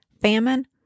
famine